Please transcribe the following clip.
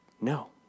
No